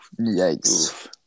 Yikes